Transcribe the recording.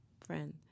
friend